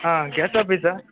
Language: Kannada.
ಹಾಂ ಗ್ಯಾಸ್ ಆಪೀಸಾ